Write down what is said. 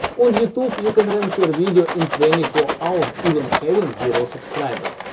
on youtube, you can rank your video in twenty four hours even having zero subscribers.